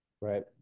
right